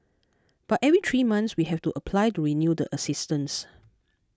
but every three months we have to apply to renew the assistance